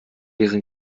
ihren